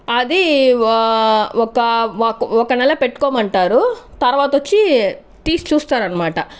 అదీ ఒ ఒక ఒక నెల పెట్టుకోమంటారు తర్వాత వచ్చి తీసి చూస్తారన్మాట